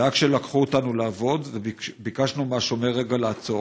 זה היה כשלקחו אותנו לעבוד וביקשנו מהשומר רגע לעצור,